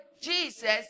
Jesus